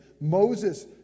Moses